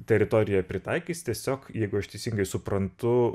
teritoriją pritaikys tiesiog jeigu aš teisingai suprantu